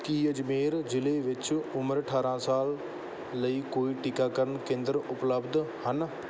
ਕੀ ਅਜਮੇਰ ਜ਼ਿਲ੍ਹੇ ਵਿੱਚ ਉਮਰ ਅਠਾਰ੍ਹਾਂ ਸਾਲ ਲਈ ਕੋਈ ਟੀਕਾਕਰਨ ਕੇਂਦਰ ਉਪਲਬਧ ਹਨ